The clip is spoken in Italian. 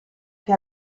che